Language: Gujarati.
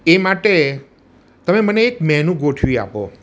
એ માટે તમે મને એક મેનુ ગોઠવી આપો